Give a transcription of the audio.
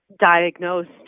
diagnosed